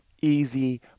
easy